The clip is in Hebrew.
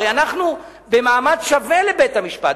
הרי אנחנו במעמד שווה לבית-המשפט.